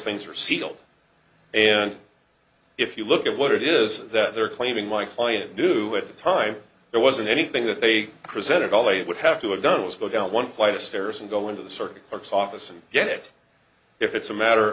things are sealed and if you look at what it is that they're claiming my client knew at the time there wasn't anything that they presented all they would have to a done was look out one flight of stairs and go into the circuit courts office and get it if it's a matter